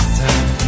time